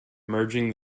merging